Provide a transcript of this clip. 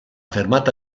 fermata